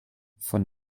von